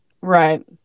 right